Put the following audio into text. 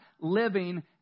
living